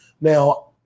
Now